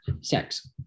sex